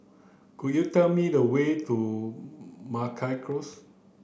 could you tell me the way to Meragi Close